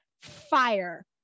Fire